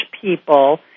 people